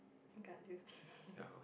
got duty